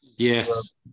Yes